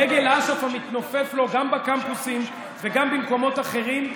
דגל אש"ף המתנופף לו גם בקמפוסים וגם במקומות אחרים,